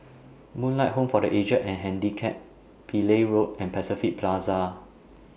Moonlight Home For The Aged and Handicapped Pillai Road and Pacific Plaza